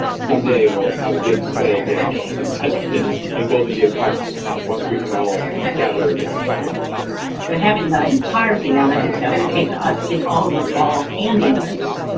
someday, we'll have a big display again instead in in golden gate park once we can all gather again together and having that entire thing out. i think that would take i think all and the mall and the ellipse and